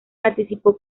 participó